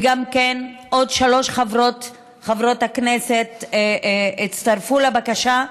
ושלוש חברות כנסת הצטרפו לבקשה,